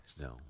no